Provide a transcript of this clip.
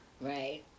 Right